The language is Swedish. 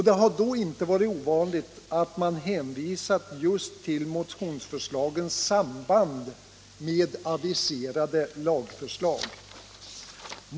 Det har då inte varit ovanligt att man hänvisat just till motionsförslagens samband med aviserade lagförslag.